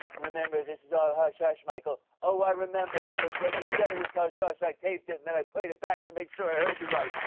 remember, this is all hush-hush, michael. oh, i remember, because when you said it was hush-hush, i taped it, and then played it back to make sure i heard you right.